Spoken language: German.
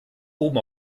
oben